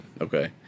Okay